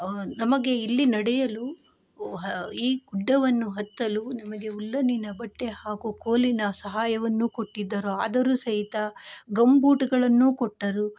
ನಮಗೆ ಇಲ್ಲಿ ನಡೆಯಲು ಈ ಗುಡ್ಡವನ್ನು ಹತ್ತಲು ನಮಗೆ ಉಲ್ಲನ್ನಿನ ಬಟ್ಟೆ ಹಾಕೋ ಕೋಲಿನ ಸಹಾಯವನ್ನು ಕೊಟ್ಟಿದ್ದರು ಆದರೂ ಸಹಿತ ಗಂಬೂಟಗಳನ್ನು ಕೊಟ್ಟರು